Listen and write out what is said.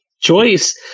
choice